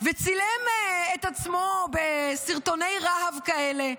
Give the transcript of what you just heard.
וצילם את עצמו בסרטוני רהב כאלה,